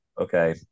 okay